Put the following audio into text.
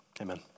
amen